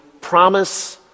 promise